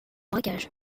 braquage